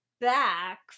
back